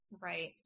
Right